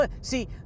See